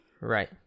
Right